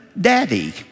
daddy